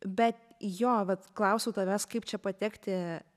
bet jo vat klausiau tavęs kaip čia patekti